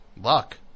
Luck